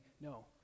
No